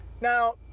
Now